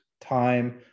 time